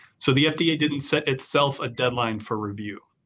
so the fda yeah didn't set itself a deadline for review.